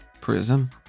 PRISM